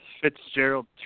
Fitzgerald